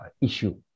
issue